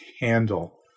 handle